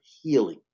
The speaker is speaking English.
healing